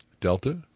Delta